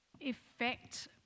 effect